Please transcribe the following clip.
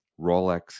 Rolex